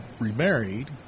remarried